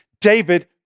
David